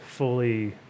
fully